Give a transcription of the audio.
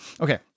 Okay